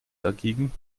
dagegen